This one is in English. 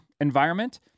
environment